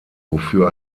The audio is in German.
wofür